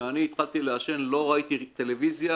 כשאני התחלתי לעשן לא ראיתי טלוויזיה,